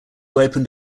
opened